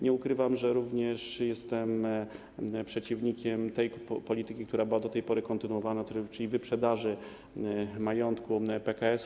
Nie ukrywam, że również jestem przeciwnikiem tej polityki, która była do tej pory kontynuowana, czyli wyprzedaży majątku PKS-u.